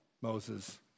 Moses